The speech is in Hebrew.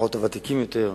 לפחות הוותיקים יותר,